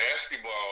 basketball